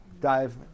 dive